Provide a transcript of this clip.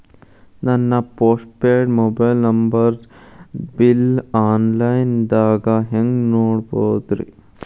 ನನ್ನ postpaid mobile number bill, online ದಾಗ ಹ್ಯಾಂಗ್ ನೋಡೋದ್ರಿ?